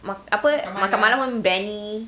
apa makan malam pun briyani